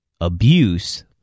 abuse